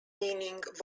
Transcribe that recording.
meaning